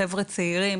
אלו חבר'ה צעירים,